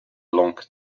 long